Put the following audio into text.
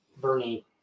Bernie